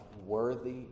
worthy